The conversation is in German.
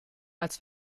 als